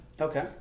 Okay